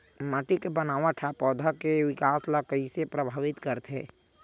माटी के बनावट हा पौधा के विकास ला कइसे प्रभावित करथे?